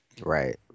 Right